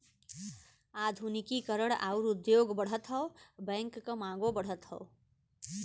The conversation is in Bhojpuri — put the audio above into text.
आधुनिकी करण आउर उद्योग बढ़त हौ बैंक क मांगो बढ़त हौ